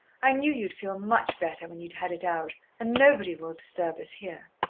i knew you'd feel much better when you'd had it out, and nobody will disturb us here.